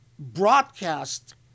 broadcast